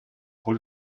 hold